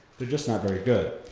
they're just not very good.